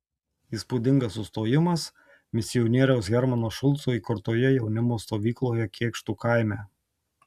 įspūdingas sustojimas misionieriaus hermano šulco įkurtoje jaunimo stovykloje kėkštų kaime